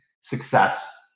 success